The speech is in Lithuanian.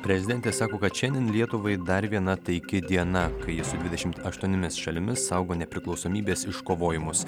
prezidentė sako kad šiandien lietuvai dar viena taiki diena kai ji su dvidešimt aštuoniomis šalimis saugo nepriklausomybės iškovojimus